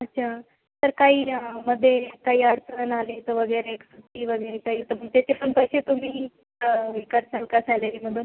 अच्छा तर काही मध्ये काही अडचण आली तर वगैरे सुट्टी वगैरे काही तुमच्या इथे पण तसे तुम्ही करशाल का सॅलरीमधून